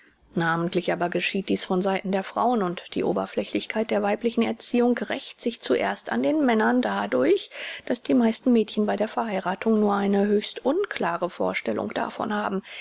namentlich aber geschieht dies von seiten der frauen und die oberflächlichkeit der weiblichen erziehung rächt sich zuerst an den männern dadurch daß die meisten mädchen bei der verheirathung nur eine höchst unklare vorstellung davon haben